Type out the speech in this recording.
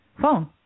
phone